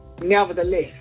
nevertheless